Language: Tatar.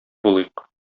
булыйк